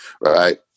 right